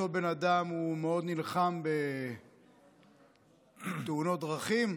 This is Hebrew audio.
אותו בן אדם מאוד נלחם בתאונת דרכים,